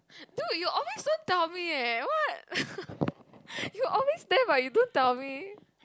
no you always don't tell me eh what you always there but you don't tell me